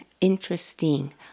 interesting